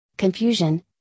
confusion